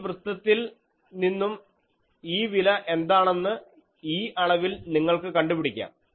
ഈ വൃത്തത്തിൽ നിന്നും ഈ വില എന്താണെന്ന് ഈ അളവിൽ നിങ്ങൾക്ക് കണ്ടുപിടിക്കാം